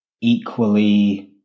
equally